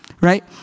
right